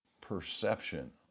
perception